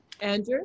Andrew